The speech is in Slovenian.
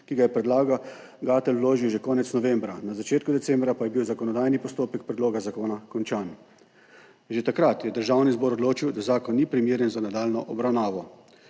ki ga je predlagatelj, vložil že konec novembra, na začetku decembra pa je bil zakonodajni postopek predloga zakona končan. Že takrat je Državni zbor odločil, da zakon ni primeren za nadaljnjo obravnavo.